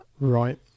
right